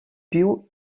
più